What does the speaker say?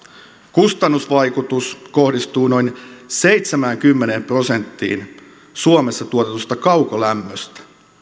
kustannusvaikutus kohdistuu noin seitsemäänkymmeneen prosenttiin suomessa tuotetusta kaukolämmöstä